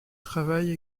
travaille